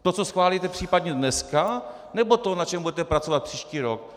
To, co schválíte případně dneska, nebo to, na čem budete pracovat příští rok?